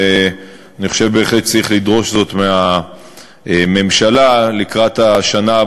ואני חושב שבהחלט צריך לדרוש זאת מהממשלה לקראת השנה,